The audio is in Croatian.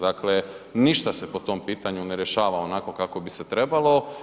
Dakle ništa se po tom pitanju ne rješava onako kako bi se trebalo.